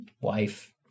wife